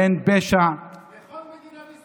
הן פשע, בכל מדינת ישראל.